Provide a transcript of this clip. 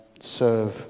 serve